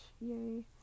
yay